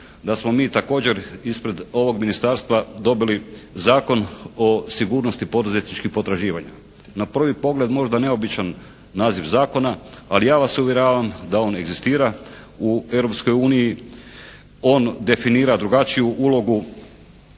da smo mi također ispred ovog ministarstva dobili Zakon o sigurnosti poduzetničkih potraživanja. Na prvi pogled možda neobičan naziv zakona, ali ja vam uvjeravam da on egzistira u Europskoj uniji, on definira drugačiju ulogu